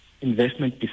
investment